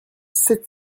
sept